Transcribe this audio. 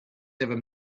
ever